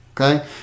Okay